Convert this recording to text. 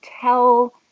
tell